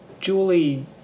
Julie